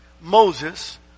Moses